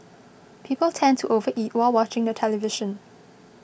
people tend to overeat while watching the television